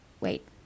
wait